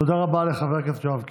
תודה רבה לחבר הכנסת יואב קיש.